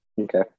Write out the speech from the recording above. okay